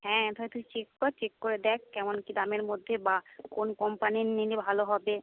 হ্যাঁ তাহলে তুই চেক কর চেক করে দেখ কেমন কী দামের মধ্যে বা কোন কোম্পানির নিলে ভালো হবে